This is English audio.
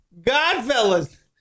Godfellas